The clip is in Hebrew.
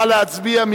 נא להצביע.